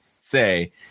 say